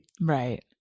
Right